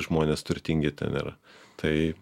žmonės turtingi ten yra tai